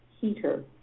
heater